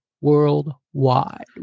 worldwide